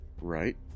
Right